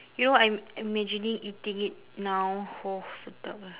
you know what I'm imagining eating it now !whoa! sedapnya